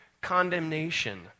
condemnation